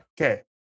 Okay